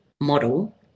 model